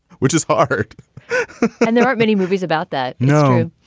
which is hard and there are many movies about that. no,